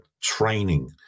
training